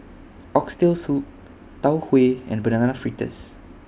Oxtail Soup Tau Huay and Banana Fritters